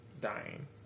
dying